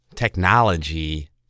Technology